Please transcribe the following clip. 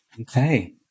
okay